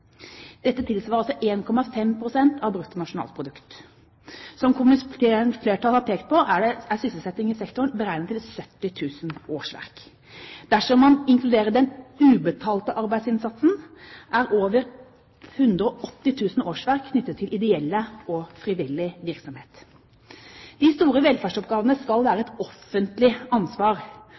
Som komiteens flertall har pekt på, er sysselsettingen i sektoren beregnet til 70 000 årsverk. Dersom man inkluderer den ubetalte arbeidsinnsatsen, er over 180 000 årsverk knyttet til ideell og frivillig virksomhet. De store velferdsoppgavene skal være et offentlig ansvar.